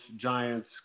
Giants